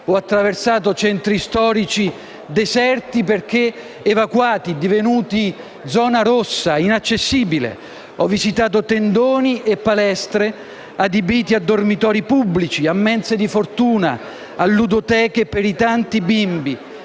ho attraversato centri storici deserti perché evacuati, divenuti zona rossa, inaccessibile; ho visitato tendoni e palestre adibiti a dormitori pubblici, a mense di fortuna, a ludoteche per i tanti bimbi.